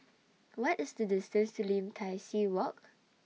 What IS The distance to Lim Tai See Walk